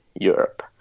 europe